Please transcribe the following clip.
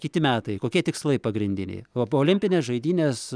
kiti metai kokie tikslai pagrindiniai p olimpinės žaidynės